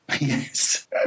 Yes